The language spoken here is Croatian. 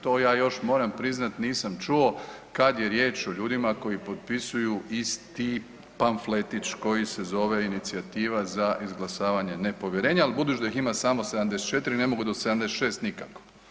To ja još moram priznat nisam čuo kad je riječ o ljudima koji potpisuju isti pamfletić koji se zove inicijativa za izglasavanje nepovjerenja, ali budući da ih ima samo 74, ne mogu do 76 nikako.